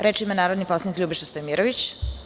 Reč ima narodni poslanik Ljubiša Stojimirović.